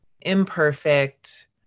imperfect